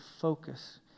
focus